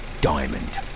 Diamond